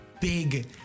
big